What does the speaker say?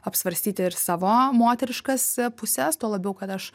apsvarstyti ir savo moteriškas puses tuo labiau kad aš